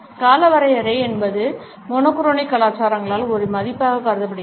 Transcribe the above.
காலவரையறை என்பது மோனோகிரானிக் கலாச்சாரங்களால் ஒரு மதிப்பாகக் கருதப்படுகிறது